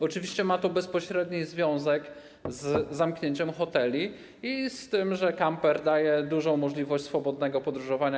Oczywiście ma to bezpośredni związek z zamknięciem hoteli i z tym, że kamper daje dużą możliwość swobodnego podróżowania.